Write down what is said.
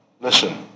Listen